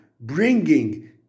bringing